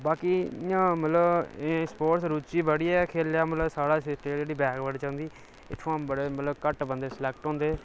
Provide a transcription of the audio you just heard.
बाकी इयां मतलव एह् स्पोर्टस रूची बढी ऐ मतलव साढा स्टेट बैकवर्ड च आंदा इत्थुआं मतलव बड़े घट्ट बंदे सिलैक्ट होंदे